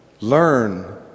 Learn